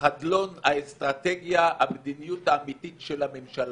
חדלון האסטרטגיה, המדיניות האמיתית של הממשלה.